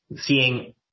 seeing